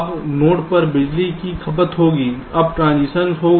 अब नोड पर बिजली की खपत होगी जब ट्रांजिशन होगा